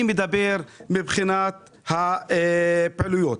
אני מדבר מבחינת הפעילויות,